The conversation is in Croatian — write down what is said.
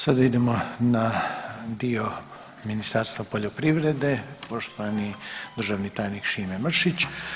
Sada idemo na dio Ministarstva poljoprivrede, poštovani državni tajnik Šime Mršić.